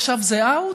עכשיו זה אאוט?